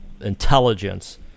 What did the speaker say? intelligence